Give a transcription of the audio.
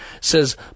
says